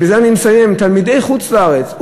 בזה אני מסיים: תלמידי חוץ-לארץ.